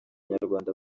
nyarwanda